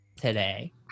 today